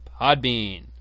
Podbean